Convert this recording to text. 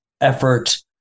effort